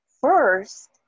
First